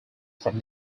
from